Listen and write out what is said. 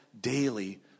daily